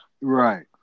Right